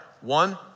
One